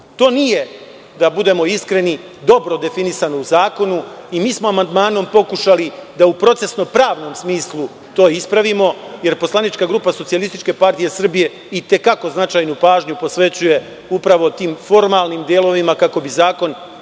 To nije, da budemo iskreni, dobro definisano u zakonu. Mi smo amandmanom pokušali da u procesno-pravnom smislu to ispravimo, jer poslanička grupa SPS i te kako značajnu pažnju posvećuje upravo tim formalnim delovima, kako bi zakon